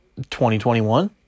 2021